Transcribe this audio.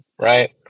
right